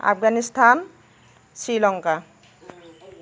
Afghanistan Sri Lanka